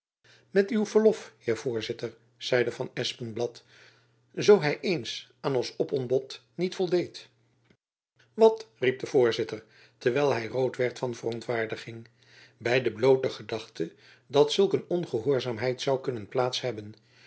met uw verlof heer voorzitter zeide van espenblad zoo hy eens aan ons opontbod niet voldeed wat riep de voorzitter terwijl hy rood werd van verontwaardiging by de bloote gedachte dat zulk een ongehoorzaamheid zoû kunnen plaats hebben